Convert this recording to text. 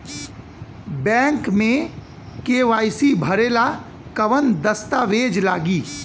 Bank मे KYC भरेला कवन दस्ता वेज लागी?